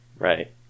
Right